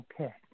Okay